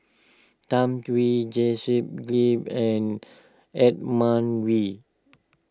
Tham Yui Joseph wave and Edmund Wee